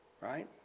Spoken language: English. right